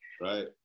Right